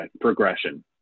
progression